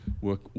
work